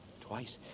Twice